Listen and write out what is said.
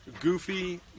goofy